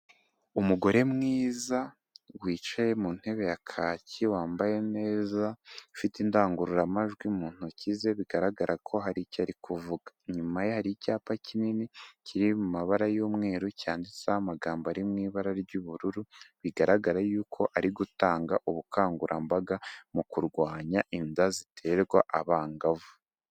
Umugore mwiza wicaye mu ntebe ya kaki wambaye neza, ufite indangururamajwi mu ntoki ze, bigaragara ko hari icyo ari kuvuga, inyuma ye hari icyapa kinini kiri mu mabara y'umweru cyanditseho, amagambo ari mu ibara ry'ubururu, bigaragara yuko ari gutanga ubukangurambaga mu kurwanya inda ziterwa abangavu.